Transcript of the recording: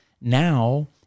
Now